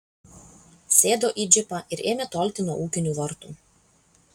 sėdo į džipą ir ėmė tolti nuo ūkinių vartų